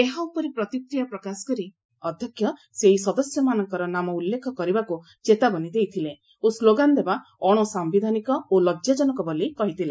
ଏହା ଉପରେ ପ୍ରତିକ୍ରିୟା ପ୍ରକାଶ କରି ଅଧ୍ୟକ୍ଷ ସେହି ସଦସ୍ୟମାନଙ୍କର ନାମ ଉଲ୍ଲେଖ କରିବାକୁ ଚେତାବନୀ ଦେଇଥିଲେ ଓ ସ୍କୋଗାନ ଦେବା ଅଣସାୟିଧାନିକ ଓ ଲଜାଜନକ ବୋଲି କହିଥିଲେ